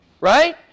Right